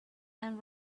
and